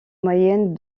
moyenne